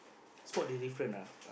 spot the different ah